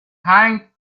hanged